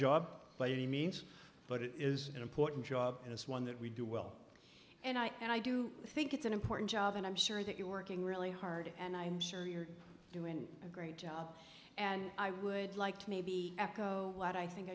job by any means but it is an important job and it's one that we do well and i and i do think it's an important job and i'm sure that you're working really hard and i'm sure you're doing a great job and i would like to maybe echo what i think